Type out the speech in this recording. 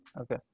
Okay